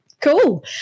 Cool